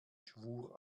schwur